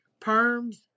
Perms